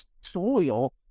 soil